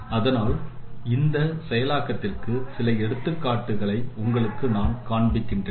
அதனால் இந்த செயலாக்கத்திற்கு சில எடுத்துக்காட்டுகளை உங்களுக்கு நான் காண்பிக்கிறேன்